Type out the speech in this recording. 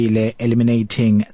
eliminating